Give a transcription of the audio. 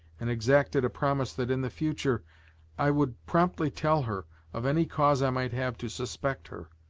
and exacted a promise that in the future i would promptly tell her of any cause i might have to suspect her.